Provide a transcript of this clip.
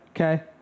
okay